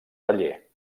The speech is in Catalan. paller